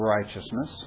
righteousness